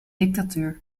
dictatuur